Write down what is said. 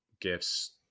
gifts